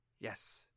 yes